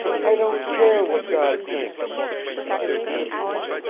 i don't care what god thinks, she cried passionately.